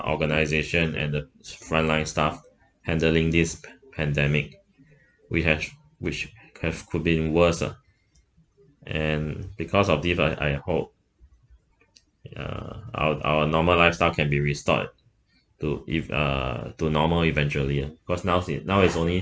organisation and the front line staff handling this pandemic we have which have could been worse lah and because of this uh I hope ya our our normal lifestyle can be restored to if uh to normal eventually cause now is now is only